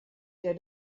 der